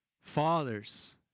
Fathers